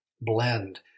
blend